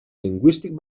lingüístic